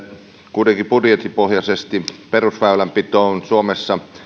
kuitenkin budjettipohjaisesti perusväylänpitoon suomessa